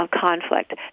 conflict